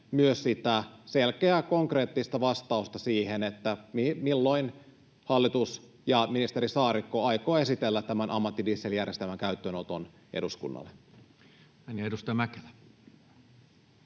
myös sitä selkeää, konkreettista vastausta siihen, milloin hallitus ja ministeri Saarikko aikovat esitellä tämän ammattidieseljärjestelmän käyttöönoton eduskunnalle. Edustaja Mäkelä.